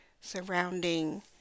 surrounding